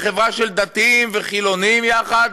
בחברה של דתיים וחילונים יחד.